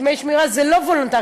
דמי שמירה זה לא וולונטרי.